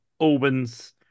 Albans